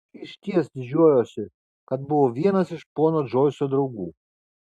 aš išties didžiuojuosi kad buvau vienas iš pono džoiso draugų